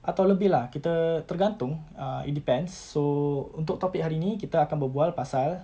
atau lebih lah kita tergantung uh it depends so untuk topic hari ini kita akan berbual pasal